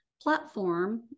platform